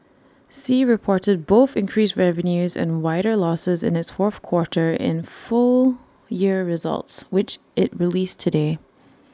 sea reported both increased revenues and wider losses in its fourth quarter and full year results which IT released today